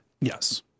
Yes